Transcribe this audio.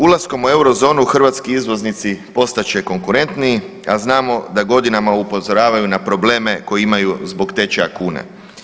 Ulaskom u Eurozonu hrvatski izvoznici postat će konkurentniji, a znamo da godinama upozoravaju na probleme koje imaju zbog tečaja kune.